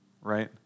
right